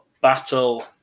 battle